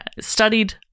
studied